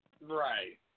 Right